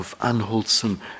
unwholesome